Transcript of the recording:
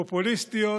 פופוליסטיות,